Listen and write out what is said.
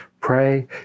Pray